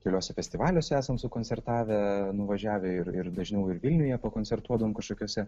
keliuose festivaliuose esam koncertavę nuvažiavę ir ir dažniau ir vilniuje pakoncertuodavom kažkokiose